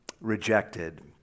rejected